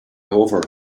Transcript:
over